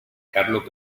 carlo